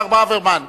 השר ברוורמן,